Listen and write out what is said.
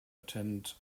attend